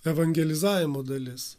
evangelizavimo dalis